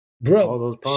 Bro